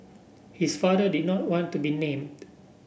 his father did not want to be named